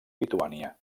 lituània